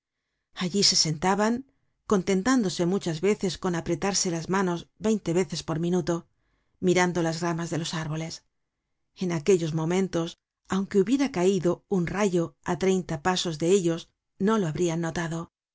allí se sentaban contentándose muchas veces con apretarse las manos veinte veces por minuto mirando las ramas de los árboles en aquellos momentos aunque hubiera caido un rayo á treinta pasos de ellos no lo habrian notado